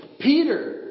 Peter